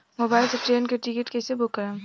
Mobile से train के ticket कैसे बूक करेम?